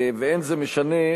ואין זה משנה,